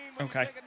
Okay